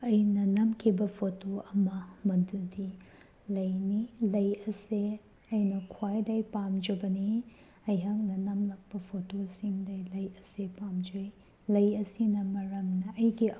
ꯑꯩꯅ ꯅꯝꯈꯤꯕ ꯐꯣꯇꯣ ꯑꯃ ꯃꯗꯨꯗꯤ ꯂꯩꯅꯤ ꯂꯩ ꯑꯁꯦ ꯑꯩꯅ ꯈ꯭ꯋꯥꯏꯗꯩ ꯄꯥꯝꯖꯕꯅꯤ ꯑꯩꯍꯥꯛꯅ ꯅꯝꯃꯛꯄ ꯐꯣꯇꯣꯁꯤꯡꯗ ꯂꯩ ꯑꯁꯤ ꯄꯥꯝꯖꯩ ꯂꯩ ꯑꯁꯤꯅ ꯃꯔꯝꯗ ꯑꯩꯒꯤ